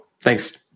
Thanks